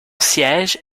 siège